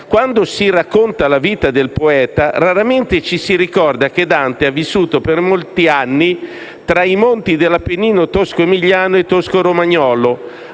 Quando si racconta la vita del poeta, raramente ci si ricorda che Dante ha vissuto per molti anni tra i monti dell'Appennino tosco-emiliano e tosco-romagnolo,